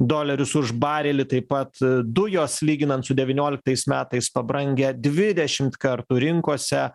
dolerius už barelį taip pat dujos lyginant su devynioliktais metais pabrangę dvidešim kartų rinkose